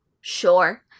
Sure